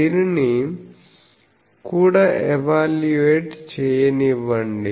దీనిని కూడా ఎవాల్యూయేట్ చెయ్యనివ్వండి